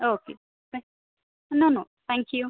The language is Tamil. okay no no thank Q